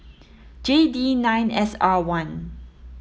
J D nine S R one